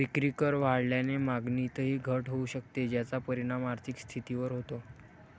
विक्रीकर वाढल्याने मागणीतही घट होऊ शकते, ज्याचा परिणाम आर्थिक स्थितीवर होतो